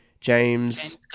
James